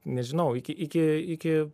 nežinau iki iki iki